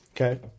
Okay